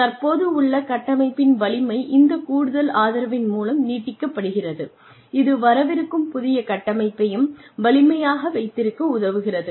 தற்போதுள்ள கட்டமைப்பின் வலிமை இந்த கூடுதல் ஆதரவின் மூலம் நீட்டிக்கப்படுகிறது இது வரவிருக்கும் புதிய கட்டமைப்பையும் வலிமையாக வைத்திருக்க உதவியாக இருக்கும்